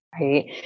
right